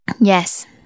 Yes